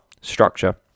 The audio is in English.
structure